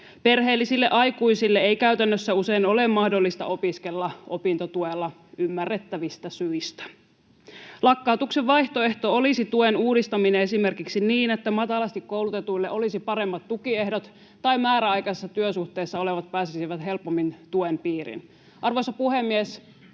Perheellisille aikuisille ei käytännössä usein ole mahdollista opiskella opintotuella, ymmärrettävistä syistä. Lakkautuksen vaihtoehto olisi tuen uudistaminen esimerkiksi niin, että matalasti koulutetuille olisi paremmat tukiehdot tai että määräaikaisessa työsuhteessa olevat pääsisivät helpommin tuen piiriin. Arvoisa puhemies!